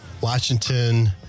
Washington